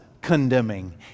condemning